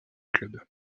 club